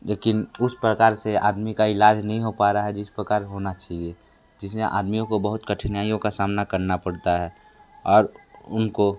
लेकिन उस प्रकार से आदमी का इलाज नहीं हो पा रहा है जिस प्रकार होना चाहिए जिससे आदमियों को बहुत कठिनाइयों का सामना करना पड़ता है और उनको